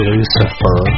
Lucifer